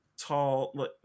tall